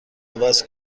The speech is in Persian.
عوض